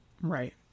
Right